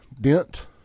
Dent